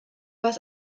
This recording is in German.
was